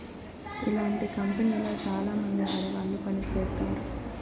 ఇలాంటి కంపెనీలో చాలామంది ఆడవాళ్లు పని చేత్తారు